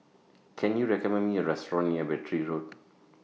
Can YOU recommend Me A Restaurant near Battery Road